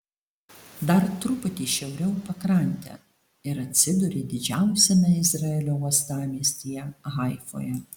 dar truputį šiauriau pakrante ir atsiduri didžiausiame izraelio uostamiestyje haifoje